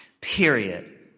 Period